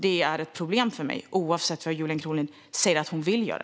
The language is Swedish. Det är ett problem för mig, oavsett vad Julia Kronlid säger att hon vill göra.